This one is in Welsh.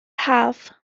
haf